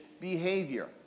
behavior